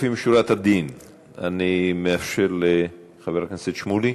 לפנים משורת הדין אני מאפשר לחבר הכנסת שמולי.